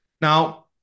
Now